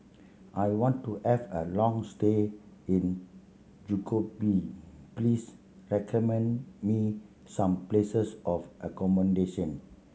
I want to have a long stay in Skopje please recommend me some places of accommodation